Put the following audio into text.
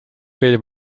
veel